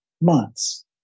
months